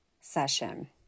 session